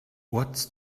what’s